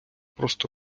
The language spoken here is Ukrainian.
просто